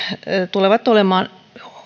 tulevat olemaan